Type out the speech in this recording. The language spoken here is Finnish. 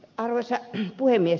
arvoisa puhemies